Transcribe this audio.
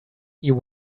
you